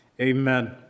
Amen